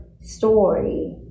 story